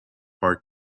park